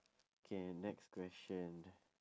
K next question